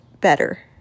better